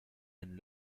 einen